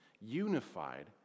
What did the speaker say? unified